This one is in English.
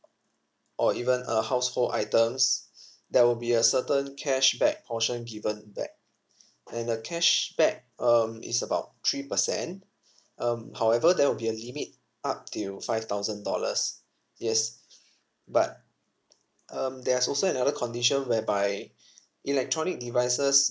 or even uh household items there will be a certain cashback portion given back and the cashback um is about three percent um however there will be a limit up till five thousand dollars yes but um there's also another condition whereby electronic devices